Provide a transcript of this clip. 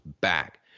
back